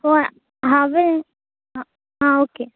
हय हांवें आं ओके